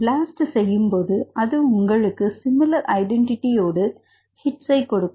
blast செய்யும்போது அது உங்களுக்கு நிறைய சிமிலர் ஐடென்டிட்டியோடு ஹிட்ஸ் ஐ கொடுக்கும்